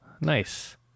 Nice